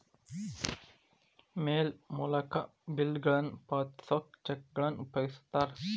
ಮೇಲ್ ಮೂಲಕ ಬಿಲ್ಗಳನ್ನ ಪಾವತಿಸೋಕ ಚೆಕ್ಗಳನ್ನ ಉಪಯೋಗಿಸ್ತಾರ